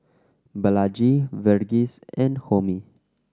Balaji Verghese and Homi